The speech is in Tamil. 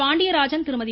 பாண்டியராஜன் திருமதி